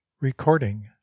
Recording